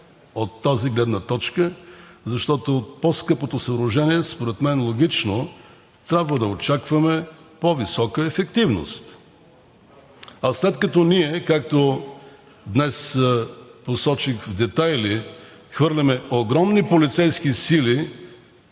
от тази гледна точка, защото от по-скъпото съоръжение според мен логично трябва да очакваме по-висока ефективност. А след като ние, както днес посочих в детайли, хвърляме огромни полицейски сили,